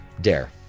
dare